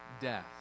death